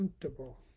comfortable